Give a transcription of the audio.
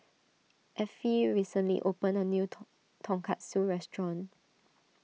Affie recently opened a new ton Tonkatsu restaurant